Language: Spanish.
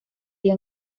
día